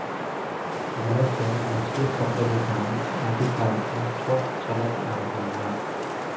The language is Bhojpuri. जाल से मछरी पकड़े के काम आदि काल से होत चलत आ रहल बा